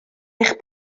eich